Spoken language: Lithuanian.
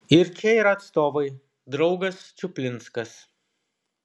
ir čia yra atstovai draugas čuplinskas